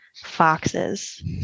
foxes